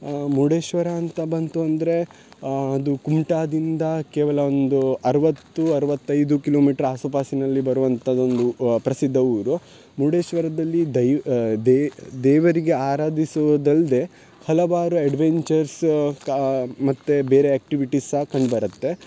ಮುರುಡೇಶ್ವರ ಅಂತ ಬಂತು ಅಂದರೆ ಅದು ಕುಮ್ಟಾದಿಂದ ಕೇವಲ ಒಂದು ಅರವತ್ತು ಅರವತ್ತೈದು ಕಿಲೋಮೀಟ್ರ್ ಆಸುಪಾಸಿನಲ್ಲಿ ಬರುವಂಥದ್ದು ಒಂದು ಪ್ರಸಿದ್ಧ ಊರು ಮುರುಡೇಶ್ವರದಲ್ಲಿ ದೈವ ದೇವರಿಗೆ ಆರಾಧಿಸುವುದಲ್ಲದೇ ಹಲವಾರು ಎಡ್ವೆಂಚರ್ಸ್ ಕಾ ಮತ್ತು ಬೇರೆ ಆ್ಯಕ್ಟಿವಿಟೀಸ್ ಸಾ ಕಂಡ್ಬರುತ್ತೆ